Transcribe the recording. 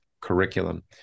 curriculum